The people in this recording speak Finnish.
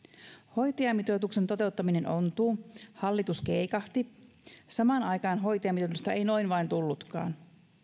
hoitajamitoituksen toteuttaminen ontuu hallitus keikahti samaan aikaan hoitajamitoitusta ei noin vain tullutkaan